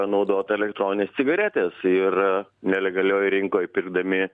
naudot elektronines cigaretes ir nelegalioj rinkoj pirkdami